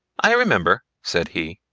i remember, said he.